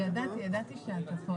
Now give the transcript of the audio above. אני ביקשתי לדבר